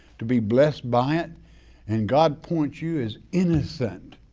to be blessed by it and god points you as innocent.